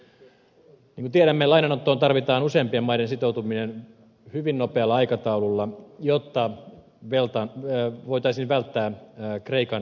niin kuin tiedämme lainanottoon tarvitaan useiden maiden sitoutuminen hyvin nopealla aikataululla jotta voitaisiin välttää kreikan ajautuminen selvitystilaan